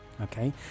okay